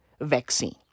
vaccine